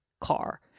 car